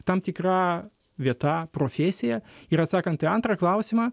tam tikra vieta profesija ir atsakant į antrą klausimą